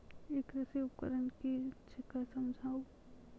ई कृषि उपकरण कि छियै समझाऊ?